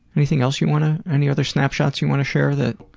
anything else you wanna any other snapshots you wanna share, that?